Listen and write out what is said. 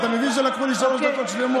אתה מבין שלקחו לי שלוש דקות שלמות.